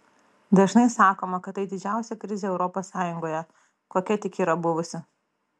dažnai sakoma kad tai didžiausia krizė europos sąjungoje kokia tik yra buvusi